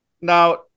now